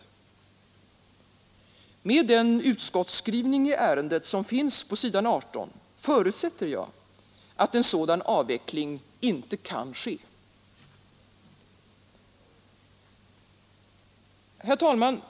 Med den utskottsskrivning i ärendet som finns på s. 18 förutsätter jag att en sådan avveckling inte kan ske. Herr talman!